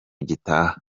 gitaha